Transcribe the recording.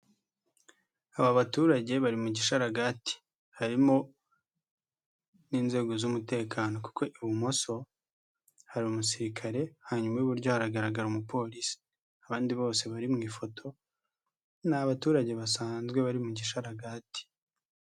Aba baturage bari mu gishararagati. Harimo n'inzego z'umutekano kuko ibumoso hari umusirikare, hanyuma ibuburyo haragaragara umupolisi. Abandi bose bari mu ifoto ni abaturage basanzwe bari mu gisharagati.